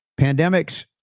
Pandemics